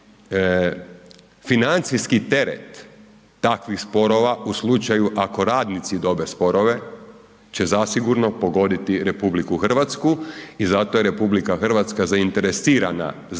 financijski teret takvih sporova u slučaju ako radnici dobe sporove će zasigurno pogoditi RH i zato je RH zainteresirana za tijek